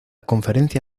conferencia